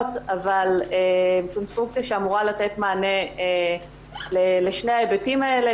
אבל קונסטרוקציה שאמורה לתת מענה לשני ההיבטים האלה,